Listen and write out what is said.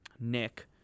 Nick